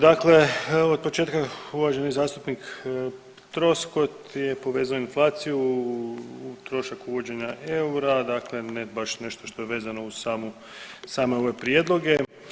Dakle od početka uvaženi zastupnik Troskot je povezao inflaciju, trošak uvođenja eura, dakle ne baš nešto što je vezano uz samu, same ove prijedloge.